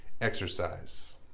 exercise